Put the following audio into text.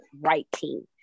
writing